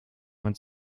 man